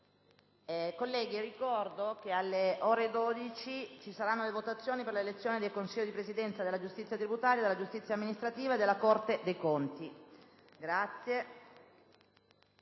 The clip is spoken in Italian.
Colleghi, ricordo che alle ore 12 si svolgeranno le votazioni per le elezioni dei Consigli di Presidenza della Giustizia tributaria, della Giustizia amministrativa e della Corte dei conti.